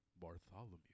Bartholomew